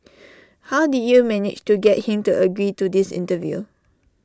how did you manage to get him to agree to this interview